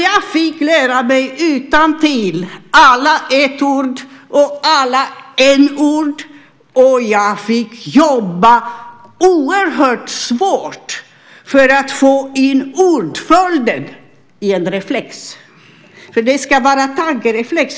Jag fick lära mig utantill alla "ett-ord" och alla "en-ord", och jag fick jobba oerhört hårt för att få in ordföljden som en reflex, för det ska vara tankereflex.